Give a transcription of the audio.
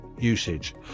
usage